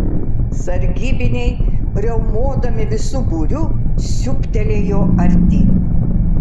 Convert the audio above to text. sargybiniai riaumodami visu būriu siūbtelėjo artyn